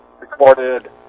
recorded